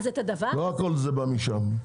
אז חלק, חלק, לא הכול בא משם.